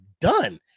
done